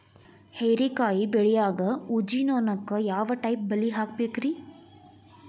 ಹೇರಿಕಾಯಿ ಬೆಳಿಯಾಗ ಊಜಿ ನೋಣಕ್ಕ ಯಾವ ಟೈಪ್ ಬಲಿ ಹಾಕಬೇಕ್ರಿ?